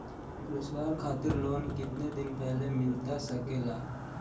रोजगार खातिर लोन कितने दिन पहले मिलता सके ला?